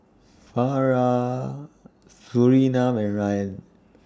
Farah Surinam and Ryan